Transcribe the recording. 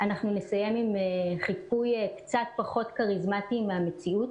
אנחנו נסיים עם חיקוי קצת פחות כריזמטי מהמציאות